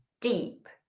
deep